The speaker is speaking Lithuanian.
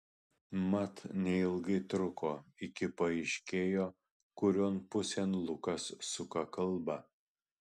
mat neilgai truko iki paaiškėjo kurion pusėn lukas suka kalbą